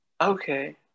Okay